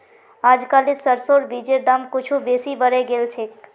अजकालित सरसोर बीजेर दाम कुछू बेसी बढ़े गेल छेक